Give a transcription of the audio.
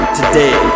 Today